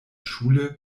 schule